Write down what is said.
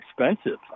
expensive